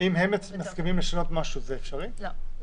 אם אדם עומד בתנאי רישיון עסק מסוים שקבע משרד הבריאות,